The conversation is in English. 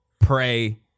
pray